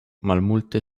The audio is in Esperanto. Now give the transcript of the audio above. malmulte